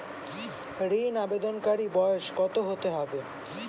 ঋন আবেদনকারী বয়স কত হতে হবে?